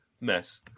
mess